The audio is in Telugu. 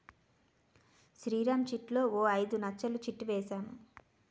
శ్రీరామ్ చిట్లో ఓ ఐదు నచ్చలు చిట్ ఏసాను